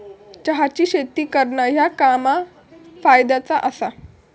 चहाची शेती करणा ह्या काम फायद्याचा आसा